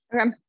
Okay